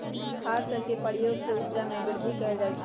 खाद सभके प्रयोग से उपजा में वृद्धि कएल जाइ छइ